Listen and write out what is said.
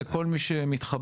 לכל מי שמתחבט,